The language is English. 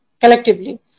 collectively